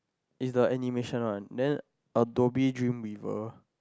it's the animation one then a Dobby Dream River